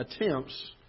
attempts